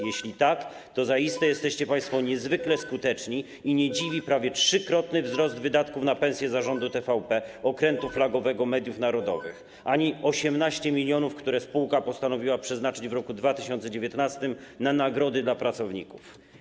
Jeśli tak, to zaiste jesteście państwo niezwykle skuteczni i nie dziwi prawie trzykrotny wzrost wydatków na pensje Zarządu TVP, okrętu flagowego mediów narodowych, ani 18 mln, które spółka postanowiła przeznaczyć w roku 2019 na nagrody dla pracowników.